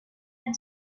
had